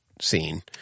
scene